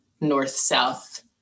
North-South